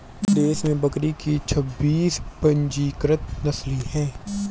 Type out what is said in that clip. देश में बकरी की छब्बीस पंजीकृत नस्लें हैं